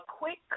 quick